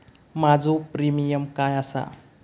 माझो प्रीमियम काय आसा?